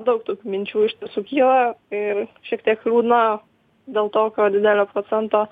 daug tokių minčių iš tiesų kyla ir šiek tiek liūdna dėl tokio didelio procento